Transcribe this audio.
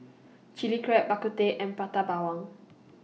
Chilli Crab Bak Kut Teh and Prata Bawang